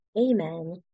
Amen